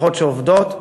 משפחות שעובדות.